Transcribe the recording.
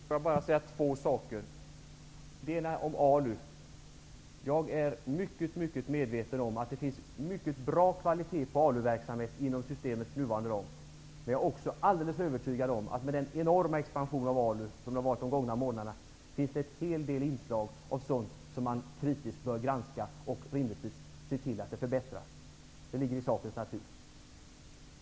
Herr talman! Jag vill bara säga två saker. Jag är mycket medveten om att det finns mycket bra kvalitet på ALU-verksamheten inom systemets nuvarande ram. Med den enorma expansion av ALU som har skett under de gångna månaderna är jag alldeles övertygad om att det finns en hel del inslag av sådant som man kritiskt bör granska och rimligtvis förbättra. Det ligger i sakens natur.